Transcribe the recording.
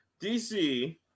DC